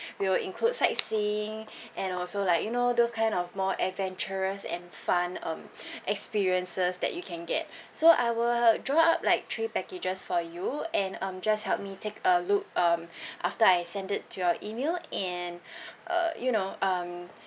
we will include sightseeing and also like you know those kind of more adventurous and fun um experiences that you can get so I will draw up like three packages for you and um just help me take a look um after I send it to your email and uh you know um